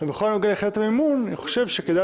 בכל הנוגע ליחידת המימון אני חושב שכדאי